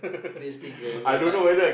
craziest thing you've ever done